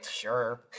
Sure